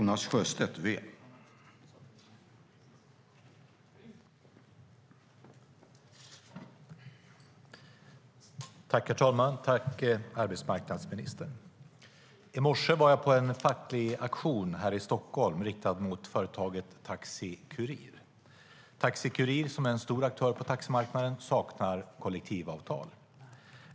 Herr talman! Jag tackar arbetsmarknadsministern. I morse var jag på en facklig aktion här i Stockholm riktad mot företaget Taxi Kurir. Taxi Kurir, som är en stor aktör på taximarknaden, saknar kollektivavtal.